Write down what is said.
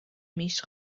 میش